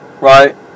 right